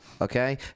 Okay